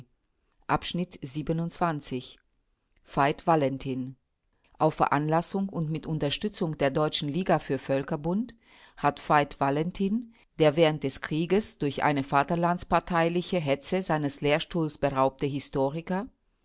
valentin auf veranlassung und mit unterstützung der deutschen liga für völkerbund hat veit valentin der während des krieges durch eine vaterlandsparteiliche hetze seines lehrstuhls beraubte historiker